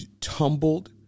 tumbled